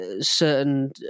certain